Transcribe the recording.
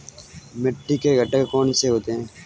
मिट्टी के घटक कौन से होते हैं?